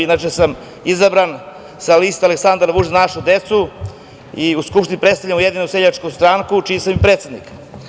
Inače, izabran sam sa liste Aleksandar Vučić – Za našu decu i u Skupštini predstavljam Ujedinjenu seljačku stranku, čiji sam i predsednik.